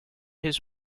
his